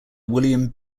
william